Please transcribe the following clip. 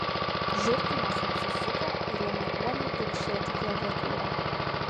žiurkinas apsisuko ir ėmė uoliai taukšėti klaviatūra